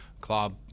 club